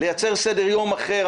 לייצר סדר יום אחר.